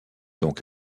donc